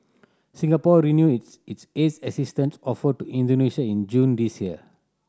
Singapore renewed its its haze assistance offer to Indonesia in June this year